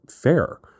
fair